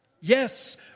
Yes